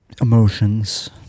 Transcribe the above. emotions